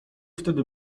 wtedy